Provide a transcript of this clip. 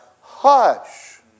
Hush